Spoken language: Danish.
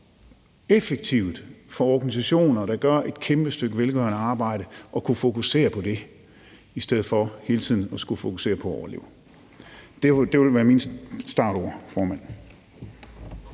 effektivt for organisationer, der gør et kæmpe stykke velgørende arbejde, så de kan fokusere på det i stedet for hele tiden at skulle fokusere på at overleve. Det vil være mine startord, formand.